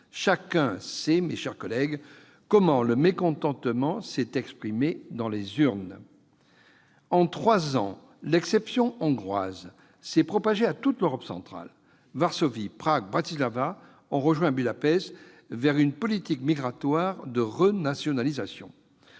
Chacun sait comment ce mécontentement s'est exprimé dans les urnes. En trois ans, l'exception hongroise s'est propagée à toute l'Europe centrale : Varsovie, Prague, Bratislava ont rejoint Budapest et se dirigent vers une renationalisation